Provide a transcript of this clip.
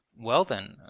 well then,